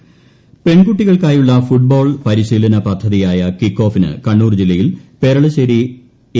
football kickoff പെൺകുട്ടികൾക്കായുള്ള football പരിശീലന പദ്ധതിയായ കിക്കോഫിന് കണ്ണൂർ ജില്ലയിൽ പെരളശ്ശേരി എ